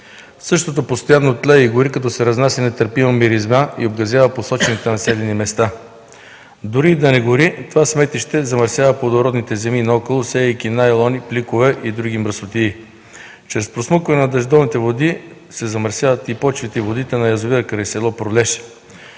Същото постоянно тлее и гори, като се разнася нетърпима миризма и обгазява посочените населени места. Дори и да не гори, това сметище замърсява плодородните земи наоколо, сеейки найлони, пликове и други мърсотии. Чрез просмукване на дъждовните води се замърсяват и почвите и водите на язовира край село Пролеша.